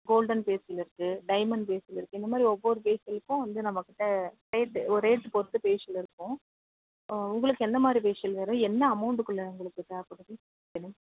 golden facial இருக்குது diamond facial இருக்குது இந்த மாதிரி ஒவ்வொரு ஃபேஷியலுக்கும் வந்து நம்மக்கிட்ட ரேட்டு ஒரு ரேட்டு பொறுத்து ஃபேஷியல் இருக்கும் உங்களுக்கு எந்த மாதிரி ஃபேஷியல் வேணும் என்ன அமௌண்ட்க்குள்ளே உங்களுக்கு தேவைப்படுது சொல்லுங்கள்